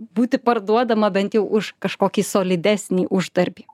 būti parduodama bent jau už kažkokį solidesnį uždarbį